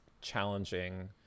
challenging